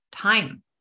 time